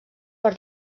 per